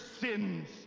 sins